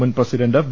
മുൻപ്രസിഡന്റ് V